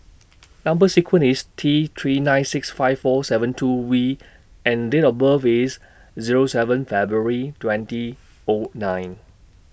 Number sequence IS T three nine six five four seven two V and Date of birth IS Zero seven February twenty O nine